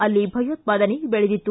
ಅಲ್ಲಿ ಭಯೋತ್ವಾದನೆ ಬೆಳೆದಿತ್ತು